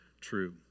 true